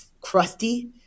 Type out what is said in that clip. crusty